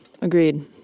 agreed